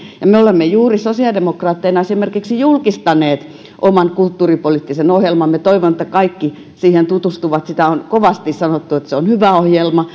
ja me me olemme juuri sosiaalidemokraatteina esimerkiksi julkistaneet oman kulttuuripoliittisen ohjelmamme toivon että kaikki siihen tutustuvat siitä on kovasti sanottu että se on hyvä ohjelma